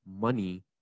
money